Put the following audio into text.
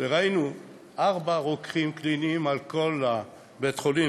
וראינו ארבעה רוקחים קליניים בכל בית-החולים.